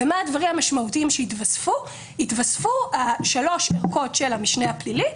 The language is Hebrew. והדברים המשמעותיים שהתווספו הן שלוש ארכות של המשנה הפלילי,